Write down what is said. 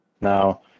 Now